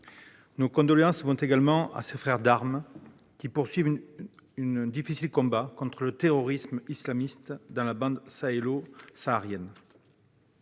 Nos condoléances vont également à ses frères d'armes qui poursuivent un difficile combat contre le terrorisme islamiste dans la bande sahélo-saharienne.